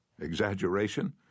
Exaggeration